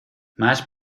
mas